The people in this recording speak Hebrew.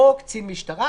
או קצין משטרה,